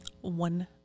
One